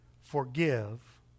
forgive